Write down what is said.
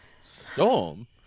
Storm